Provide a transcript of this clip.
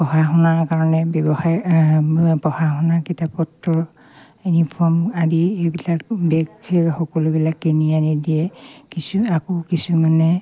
পঢ়া শুনাৰ কাৰণে ব্যৱসায় পঢ়া শুনা কিতাপ পত্ৰ ইউনিফৰ্ম আদি এইবিলাক বেগ সকলোবিলাক কিনি আনি দিয়ে কিছু আকৌ কিছুমানে